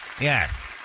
Yes